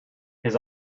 his